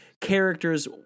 characters